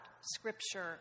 Scripture